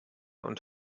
und